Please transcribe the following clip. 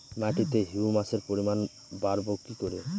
মাটিতে হিউমাসের পরিমাণ বারবো কি করে?